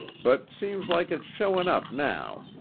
but seems like it's showing up now,